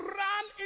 run